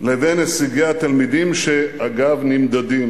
לבין הישגי התלמידים, שאגב נמדדים.